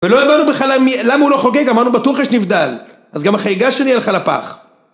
ולא הבנו בכלל למה הוא לא חוגג אמרנו בטוח שיש נבדל אז גם החגיגה שלי הלכה לפח